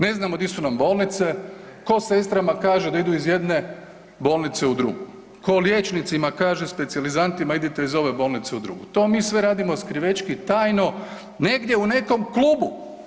Ne znamo di su nam bolnice, ko sestrama kaže da idu iz jedne bolnice u drugu, ko liječnicima kaže specijalizantima idite iz ove bolnice u drugu, to mi sve radimo skrivećki tajno negdje u nekom klubu.